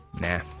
Nah